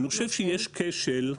אני חושב שיש כשל,